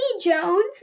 Jones